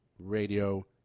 Radio